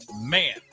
Man